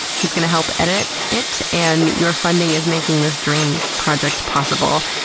he's going to help edit it, and your funding is making this dream project possible,